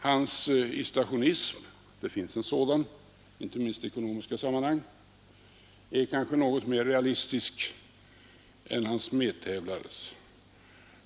Hans isolationism — det finns en sådan inte minst i ekonomiska sammanhang — är kanske något mera realistisk än hans medtävlares.